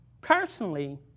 Personally